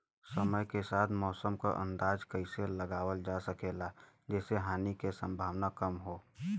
समय के साथ मौसम क अंदाजा कइसे लगावल जा सकेला जेसे हानि के सम्भावना कम हो?